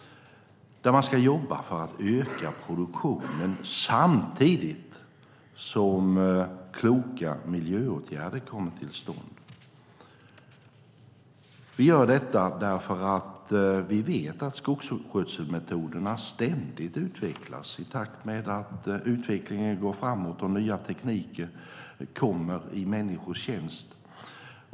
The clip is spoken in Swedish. Man ska jobba för att öka produktionen samtidigt som kloka miljöåtgärder kommer till stånd. Vi gör detta för att vi vet att skogsskötselmetoderna ständigt utvecklas i takt med att utvecklingen går framåt och att nya tekniker kommer i människors tjänst.